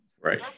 Right